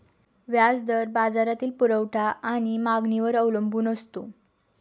व्याज दर बाजारातील पुरवठा आणि मागणीवर अवलंबून असतो